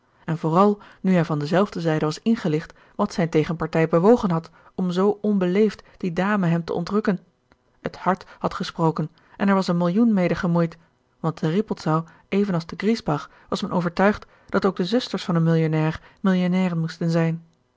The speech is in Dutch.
en vooral nu hij van dezelfde zijde was ingelicht wat zijn tegenpartij bewogen had om zoo onbeleefd die dame hem te ontrukken het hart had gesproken en er was een millioen mede gemoeid want te rippoldsau even als te griesbach was men overtuigd dat ook de zusters van een millionnair millionnairen moesten zijn